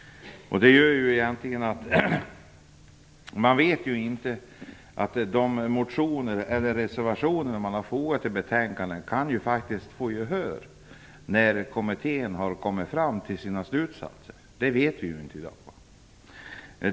Det gör att de reservationer som har fogats till betänkandet faktiskt kan få gehör när kommittén har kommit till sina slutsatser. Det vet vi inte i dag.